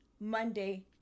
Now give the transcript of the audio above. Monday